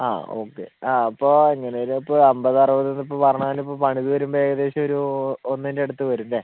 ആ ഓക്കെ ആ അപ്പോൾ എങ്ങനെയായാലും ഇപ്പോൾ അമ്പത് അറുപതെന്നിപ്പോൾ പറഞ്ഞാലും ഇപ്പോൾ പണിതു വരുമ്പോൾ ഏകദേശം ഒരു ഒന്നിൻ്റടുത്തു വരും അല്ലേ